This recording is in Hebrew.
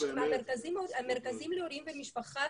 המרכזים להורים ומשפחה,